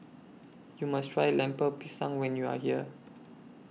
YOU must Try Lemper Pisang when YOU Are here